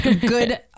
good